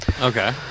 Okay